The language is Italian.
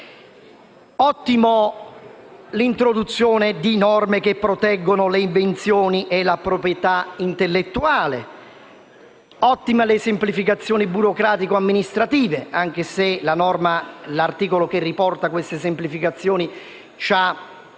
ottime l'introduzione di norme che proteggono le invenzioni e la proprietà intellettuale, le semplificazioni burocratico-amministrative, anche se l'articolo che riporta tali semplificazioni contiene